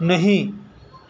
نہیں